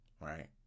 right